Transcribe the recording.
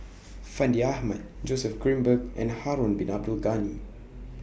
Fandi Ahmad Joseph Grimberg and Harun Bin Abdul Ghani